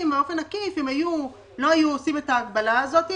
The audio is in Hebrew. באופן עקיף אם לא היו עושים את ההגבלה הזאת.